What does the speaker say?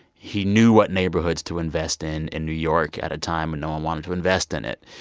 he knew what neighborhoods to invest in in new york at a time when no one wanted to invest in it.